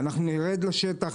אנחנו נרד לשטח,